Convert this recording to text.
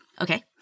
Okay